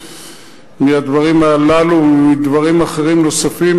מהדברים הללו ומדברים אחרים נוספים,